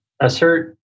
assert